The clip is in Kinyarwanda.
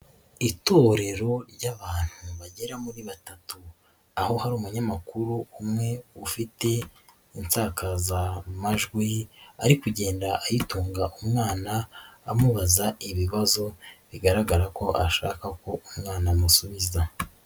Itorero ry'abantu bagera kuri batatu, aho hari umunyamakuru umwe ufite insakazamajwi ari kugenda ayitunga umwana amubaza ibibazo, bigaragara ko ashaka ko umwana amusubiza.